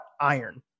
iron